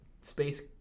space